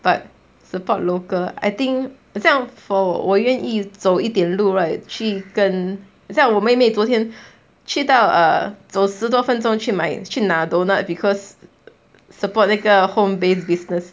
but support local I think 很像 for 我愿意走一点路去跟很像我妹妹昨天去到 err 走十多分钟去买去拿 doughnuts because support 那个 home based business